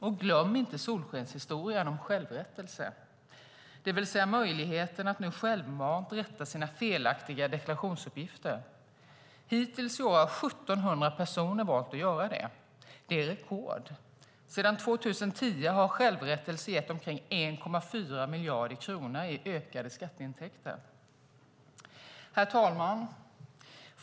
Och glöm inte solskenshistorien om självrättelse, det vill säga möjligheten att självmant rätta sina felaktiga deklarationsuppgifter. Hittills i år har 1 700 personer valt att göra det. Det är rekord. Sedan 2010 har självrättelse gett omkring 1,4 miljarder kronor i ökade skatteintäkter. Herr talman!